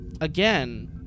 again